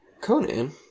Conan